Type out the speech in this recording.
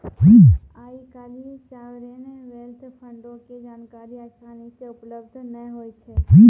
आइ काल्हि sovereign wealth फंडो के जानकारी असानी से उपलब्ध नै होय छै